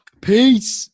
Peace